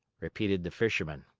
repeated the fisherman.